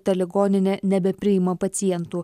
ta ligoninė nebepriima pacientų